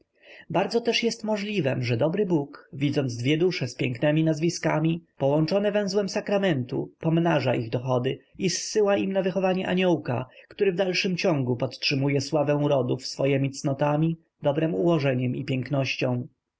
bardzo też jest możliwem że dobry bóg widząc dwie dusze z pięknemi nazwiskami połączone węzłem sakramentu pomnaża ich dochody i zsyła im na wychowanie aniołka który w dalszym ciągu podtrzymuje sławę rodów swojemi cnotami dobrem ułożeniem i pięknością